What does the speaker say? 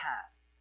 past